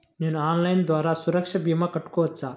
నేను ఆన్లైన్ ద్వారా సురక్ష భీమా కట్టుకోవచ్చా?